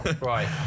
Right